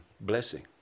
blessing